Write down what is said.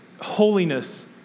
holiness